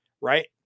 right